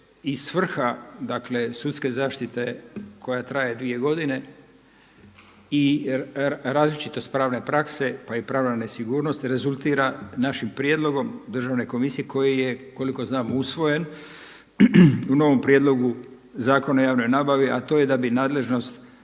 dakle sudske zaštite koja traje dvije godine i različitost pravne prakse, pa i pravna nesigurnost rezultira našim prijedlogom Državne komisije koji je koliko znam usvojen u novom Prijedlogu zakona o javnoj nabavi, a to je da bi nadležnost